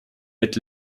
mit